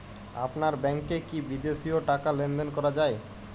আপনার ব্যাংকে কী বিদেশিও টাকা লেনদেন করা যায়?